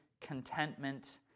contentment